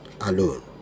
alone